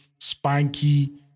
spanky